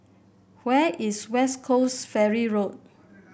where is West Coast Ferry Road